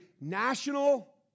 national